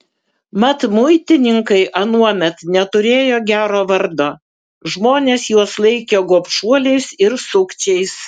mat muitininkai anuomet neturėjo gero vardo žmonės juos laikė gobšuoliais ir sukčiais